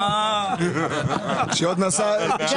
זה